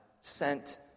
...sent